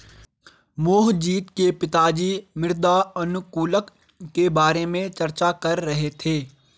मोहजीत के पिताजी मृदा अनुकूलक के बारे में चर्चा कर रहे थे